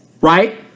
Right